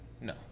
No